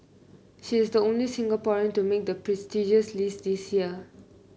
she is the only Singaporean to make the prestigious list this year